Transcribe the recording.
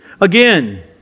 Again